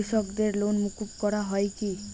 কৃষকদের লোন মুকুব করা হয় কি?